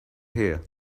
here